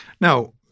Now